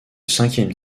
cinquième